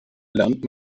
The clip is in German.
lernt